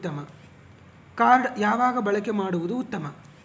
Card ಯಾವಾಗ ಬಳಕೆ ಮಾಡುವುದು ಉತ್ತಮ?